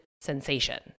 sensation